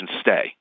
stay